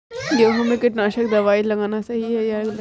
गेहूँ में कीटनाशक दबाई लगाना सही है या गलत?